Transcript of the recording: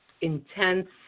intense